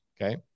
Okay